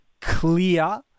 Clear